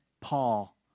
Paul